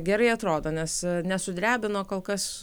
gerai atrodo nes nesudrebino kol kas